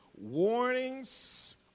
Warnings